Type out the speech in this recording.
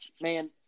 man –